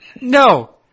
No